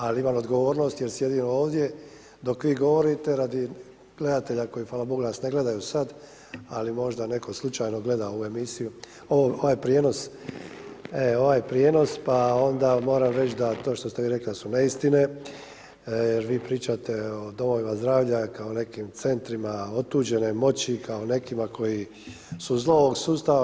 Ali imam odgovornost jer sjedim ovdje dok vi govorite radi gledatelja koji, hvala Bogu nas ne gledaju sad, ali možda netko slučajno gleda ovu emisiju, ovaj prijenos pa onda moram reći da to što ste vi rekli da su neistine, vi pričate o domovima zdravlja kao nekim centrima otuđene moći, kao nekima koji su zlo ovog sustava.